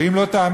ואם לא תאמינו,